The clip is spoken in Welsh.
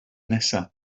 nesaf